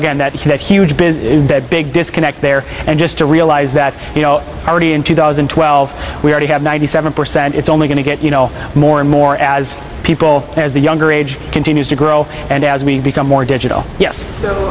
again that that huge been big disconnect there and just to realize that you know already in two thousand and twelve we already have ninety seven percent it's only going to get you know more and more as people as the younger age continues to grow and as we become more digital yes